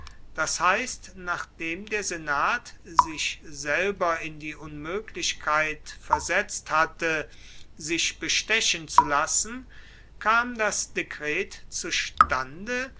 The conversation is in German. das heißt nachdem der senat sich selber in die unmöglichkeit versetzt hatte sich bestechen zu lassen kam das dekret zustande